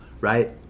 right